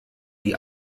die